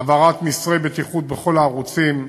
העברת מסרי בטיחות בכל הערוצים,